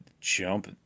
jump